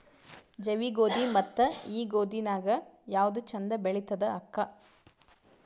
ಜವಿ ಗೋಧಿ ಮತ್ತ ಈ ಗೋಧಿ ನ್ಯಾಗ ಯಾವ್ದು ಛಂದ ಬೆಳಿತದ ಅಕ್ಕಾ?